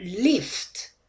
lift